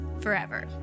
Forever